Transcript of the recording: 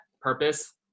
purpose